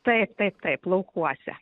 taip taip taip laukuose